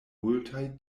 multaj